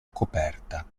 coperta